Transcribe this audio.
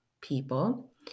people